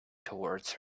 towards